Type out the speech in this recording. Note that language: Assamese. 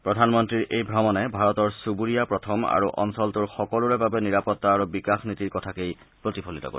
প্ৰধানমন্তীৰ এই ভ্ৰমণে ভাৰতৰ চুবুৰীয়া প্ৰথম আৰু অঞ্চলটোৰ সকলোৰে বাবে নিৰাপত্তা আৰু বিকাশ নীতিৰ কথাকেই প্ৰতিফলিত কৰে